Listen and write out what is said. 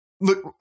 Look